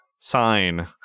sign